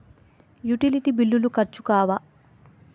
Utility బిల్లులు ఖర్చు కావా?